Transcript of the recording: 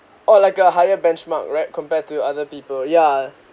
or like a higher benchmark right compared to other people ya